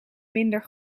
minder